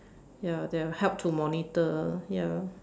ya that will help to monitor ya